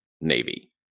Navy